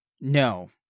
no